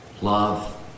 love